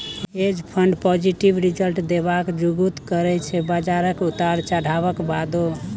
हेंज fund positive result देबाक जुगुत करय छै बजारक उतार चढ़ाबक बादो